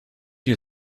you